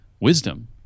wisdom